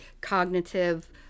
cognitive